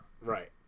Right